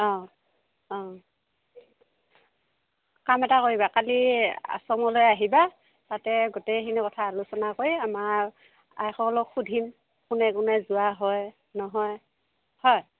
অ অ কাম এটা কৰিবা কালি আশ্ৰমলৈ আহিবা তাতে গোটেইখিনি কথা আলোচনা কৰি আমাৰ আইসকলক সুধিম কোনে কোনে যোৱা হয় নহয় হয়